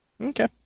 okay